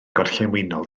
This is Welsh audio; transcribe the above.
gorllewinol